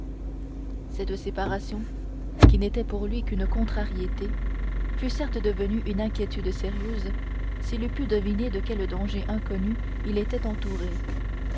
cette séparation qui n'était pour lui qu'une contrariété fût certes devenue une inquiétude sérieuse s'il eût pu deviner de quels dangers inconnus il était entouré